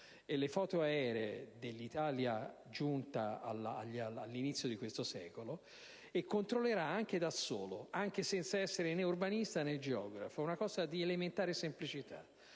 e le foto aeree dell'Italia all'inizio di questo secolo, per verificare da solo, anche senza essere né urbanista né geografo, una cosa di elementare semplicità: